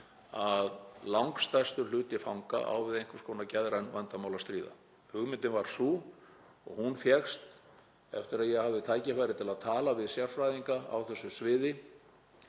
að langstærstur hluti fanga á við einhvers konar geðræn vandamál að stríða. Hugmyndin var sú — og hún fékkst eftir að ég hafði tækifæri til að tala við sérfræðinga á þessu sviði,